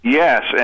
yes